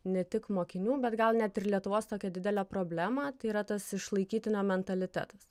ne tik mokinių bet gal net ir lietuvos tokią didelę problemą tai yra tas išlaikytinio mentalitetas